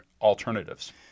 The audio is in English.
alternatives